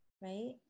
right